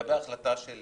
לגבי ההחלטה של